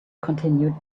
continued